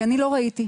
אני לא ראיתי.